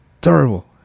terrible